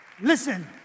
Listen